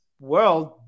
world